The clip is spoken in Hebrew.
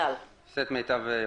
אעשה את מיטב יכולתי.